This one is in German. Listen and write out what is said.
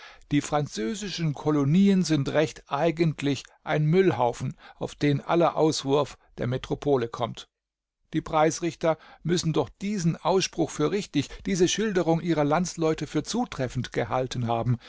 die französischen kolonien sind recht eigentlich ein müllhaufen auf den aller auswurf der metropole kommt die preisrichter müssen doch diesen ausspruch für richtig diese schilderung ihrer landsleute für zutreffend gehalten haben